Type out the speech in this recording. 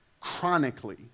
chronically